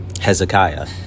Hezekiah